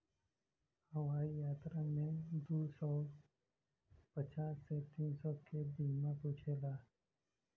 हवाई यात्रा में दू सौ पचास से तीन सौ के बीमा पूछेला